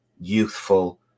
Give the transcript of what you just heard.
youthful